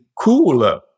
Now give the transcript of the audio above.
cooler